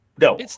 No